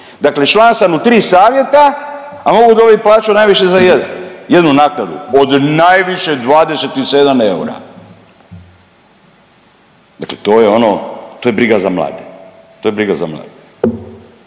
Dakle član sam u 3 savjeta, a mogu dobit plaću najviše za jedan, jednu naknadu od najviše 27 eura. Dakle to je ono, to je briga za mlade. To je briga za mlade.